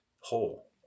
whole